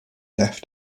left